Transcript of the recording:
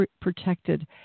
protected